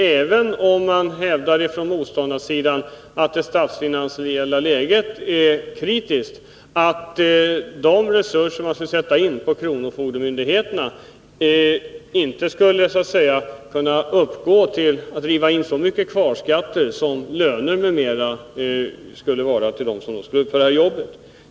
Även om man från motståndarsidan hävdar att det statsfinansiella läget är kritiskt, kan det knappast vara så att de resurser som skulle användas på kronofogdemyndigheterna i form av löner o. d. till dem som driver in kvarskatterna skulle uppgå till högre belopp än själva skatterna.